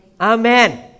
Amen